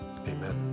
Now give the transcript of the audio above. Amen